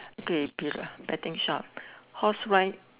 okay be~ betting shop horse ride